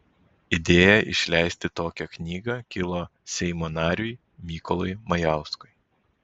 idėja išleisti tokią knygą kilo seimo nariui mykolui majauskui